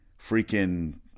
freaking